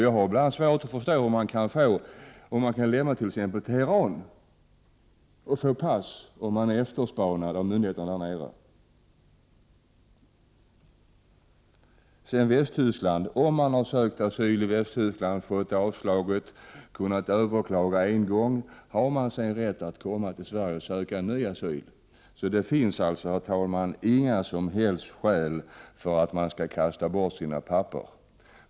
Jag har bl.a. svårt att förstå hur man, om man t.ex. skall lämna Teheran, kan få pass om man är efterspanad av myndigheterna i Iran. Om man har sökt asyl i Västtyskland, fått avslag och överklagat en gång har man rätt att komma till Sverige och söka ny asyl. Det finns alltså, herr talman, inga som helst skäl för att kasta bort sina handlingar.